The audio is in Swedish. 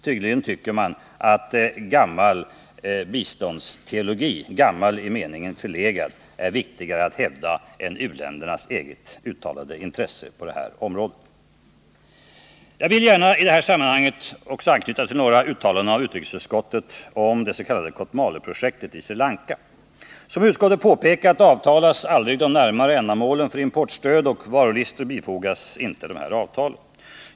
Tydligen tycker man att gammal biståndsteologi — gammal i meningen förlegad — är viktigare att hävda än u-ländernas eget uttalade intresse på området. Jag vill gärna i detta sammanhang också anknyta till några uttalanden av utrikesutskottet om det s.k. Kotmaleprojektet i Sri Lanka. Som utskottet påpekar avtalades aldrig de närmaste ändamålen med importstöd, och varulistor bifogas inte avtalen.